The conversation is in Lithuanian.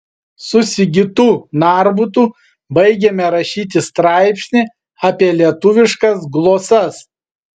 su sigitu narbutu baigėme rašyti straipsnį apie lietuviškas glosas